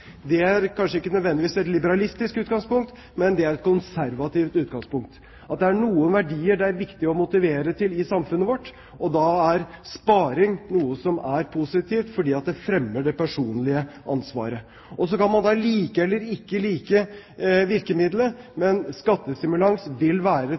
Det er kanskje ikke nødvendigvis et liberalistisk utgangspunkt, men det er et konservativt utgangspunkt: at det er noen verdier det er viktig å motivere til i samfunnet vårt. Og da er sparing noe som er positivt, fordi det fremmer det personlige ansvaret. Så kan man like eller ikke like virkemidlet, men skattestimulans vil være